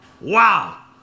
Wow